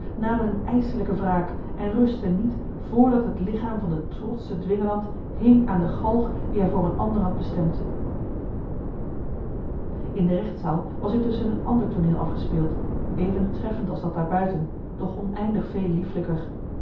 namen eene ijselijke wraak en rustten niet voordat het lichaam van den trotschen dwingeland hing aan de galg die hij voor een ander had bestemd in de gerechtszaal was intusschen een ander tooneel afgespeeld even treffend als dat daar buiten doch oneindig veel